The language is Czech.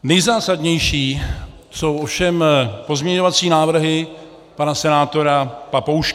Nejzásadnější jsou ovšem pozměňovací návrhy pana senátora Papouška.